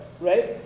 right